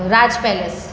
Raj palace